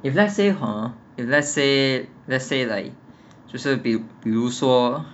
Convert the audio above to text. if let's say hor if let's say let's say like 就是比如比如说